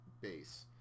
base